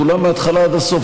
כולם מהתחלה עד הסוף,